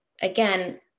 again